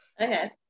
okay